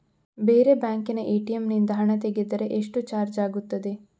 ಬೇರೆ ಬ್ಯಾಂಕಿನ ಎ.ಟಿ.ಎಂ ನಿಂದ ಹಣ ತೆಗೆದರೆ ಎಷ್ಟು ಚಾರ್ಜ್ ಆಗುತ್ತದೆ?